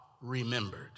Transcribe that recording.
remembered